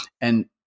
And-